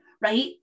right